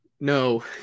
No